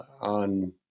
on